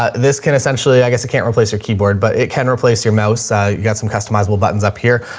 ah this can essentially, i guess it can't replace your keyboard, but it can replace your mouse. you've ah got some customizable buttons up here.